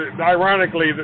ironically